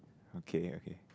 okay okay